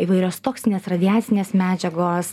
įvairios toksinės radiacinės medžiagos